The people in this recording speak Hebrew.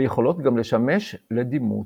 ויכולות גם לשמש לדימות.